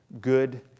Good